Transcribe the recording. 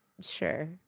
Sure